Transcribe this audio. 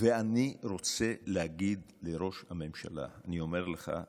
אני רוצה להגיד לראש הממשלה: אני אומר לך,